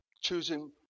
choosing